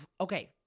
Okay